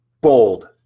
bold